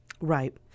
Right